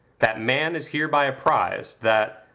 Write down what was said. that man is hereby apprized, that,